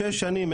שש שנים.